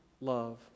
love